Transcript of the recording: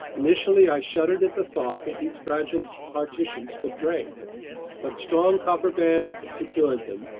initially i shuddered at the thought that these fragile partitions could break but strong copper bands secured them,